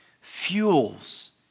fuels